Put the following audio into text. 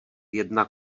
jedna